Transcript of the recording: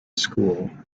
school